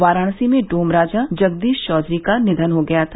वाराणसी में डोम राजा जगदीश चौधरी का निधन हो गया था